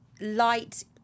light